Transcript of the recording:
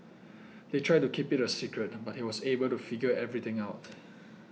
they tried to keep it a secret but he was able to figure everything out